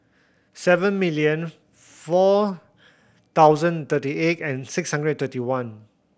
seven million four thousand thirty eight and six hundred thirty one